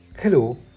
Hello